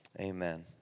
Amen